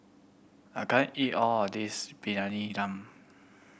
I can't eat all of this Briyani Dum